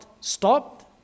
stopped